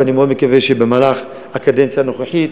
ואני מאוד מקווה שבמהלך הקדנציה הנוכחית